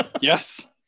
Yes